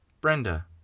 Brenda